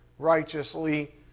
righteously